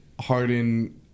Harden